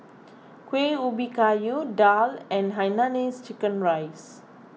Kueh Ubi Kayu Daal and Hainanese Chicken Rice